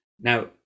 Now